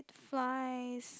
flies